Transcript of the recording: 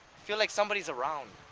feel like somebody's around.